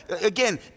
again